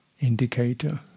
indicator